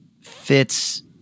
fits